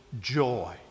joy